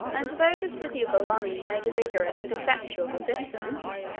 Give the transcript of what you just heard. and though the city of bologna made a vigorous and effectual resistance,